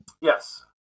Yes